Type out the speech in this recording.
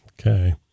Okay